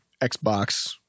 Xbox